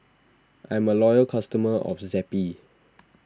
I'm a loyal customer of Zappy